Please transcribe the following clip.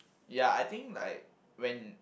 ya I think like when